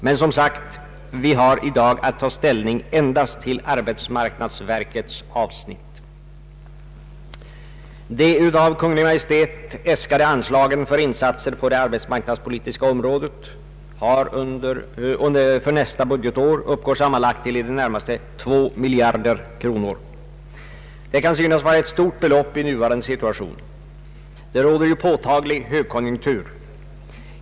Men vi har, som sagt, i dag att ta ställning endast till arbetsmarknadsverkets avsnitt. De av Kungl. Maj:t äskade anslagen för insatser på det arbetsmarknadspolitiska området under nästa budgetår uppgår sammanlagt till i det närmaste 2 miljarder kronor. Det kan synas vara ett stort belopp i nuvarande situation. Det råder ju påtaglig högkonjunktur.